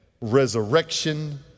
resurrection